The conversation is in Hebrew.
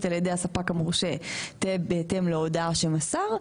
על ידי הספק המורשה תהיה בהתאם להודעה שמסר,